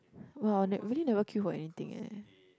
!wow! ne~ really never queue for anything eh